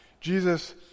Jesus